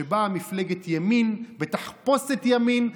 שבה מפלגת ימין בתחפושת ימין,